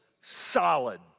solid